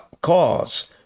cause